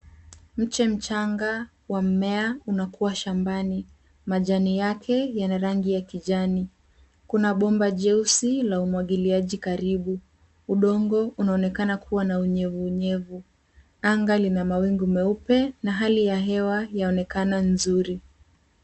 Mche mchanga wa mmea unakua shambani. Majani yake yana rangi ya kijani. Kuna bomba jeusi la umwagiliaji karibu. Udongo unaonekana kuwa na unyevunyevu. Anga lina mawingu meupe na hali ya hewa yaonekana nzuri.